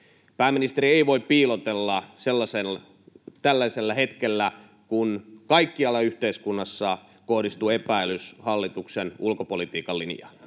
Pääministeri ei voi piilotella tällaisella hetkellä, kun kaikkialla yhteiskunnassa kohdistuu epäilys hallituksen ulkopolitiikan linjaan,